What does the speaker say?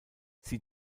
sie